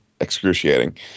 excruciating